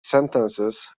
sentences